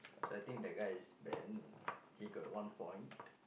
so I think the guy is Ben he got one point